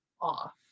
off